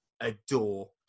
adore